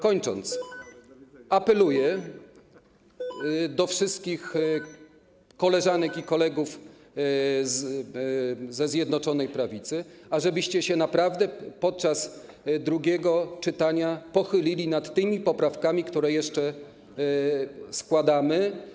Kończąc, apeluję do wszystkich koleżanek i kolegów ze Zjednoczonej Prawicy, ażebyście się naprawdę podczas drugiego czytania pochylili nad tymi poprawkami, które jeszcze składamy.